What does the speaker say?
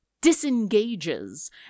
disengages